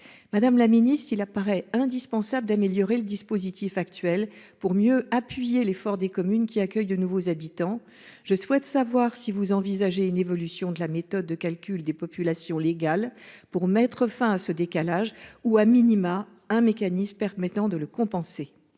Madame la ministre, il paraît indispensable d'améliorer le dispositif actuel, pour mieux appuyer l'effort des communes qui accueillent de nouveaux habitants. Je souhaite savoir si vous envisagez une évolution de la méthode de calcul des populations légales pour mettre fin à ce décalage ou,, un mécanisme permettant de le compenser.